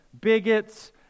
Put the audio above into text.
bigots